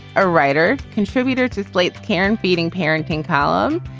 a writer contributor to slate care and feeding parenting column.